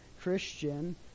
Christian